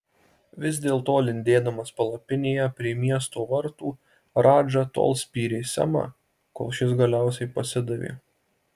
vis dėlto lindėdamas palapinėje prie miesto vartų radža tol spyrė semą kol šis galiausiai pasidavė